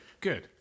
good